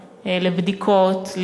לבדיקות,